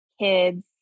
kids